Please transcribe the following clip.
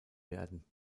werden